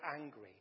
angry